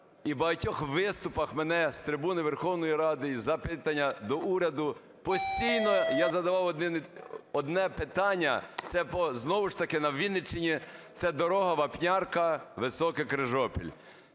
і в багатьох виступах мене з трибуни Верховної Ради і запитання до уряду постійно я задавав одне питання. Це по знову ж таки на Вінниччині, це дорога Вапнярка-Високе-Крижопіль.